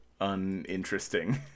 uninteresting